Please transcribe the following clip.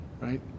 right